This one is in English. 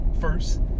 first